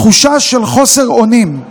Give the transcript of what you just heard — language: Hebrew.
תחושה של חוסר אונים.